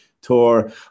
tour